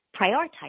prioritize